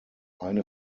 eine